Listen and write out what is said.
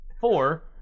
four